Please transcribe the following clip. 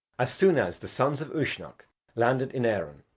as soon as the sons of uisnech landed in erin,